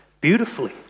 beautifully